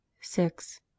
six